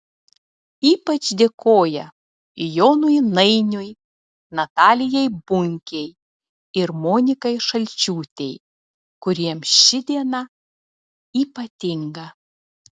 ypač dėkoja jonui nainiui natalijai bunkei ir monikai šalčiūtei kuriems ši diena ypatinga